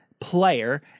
player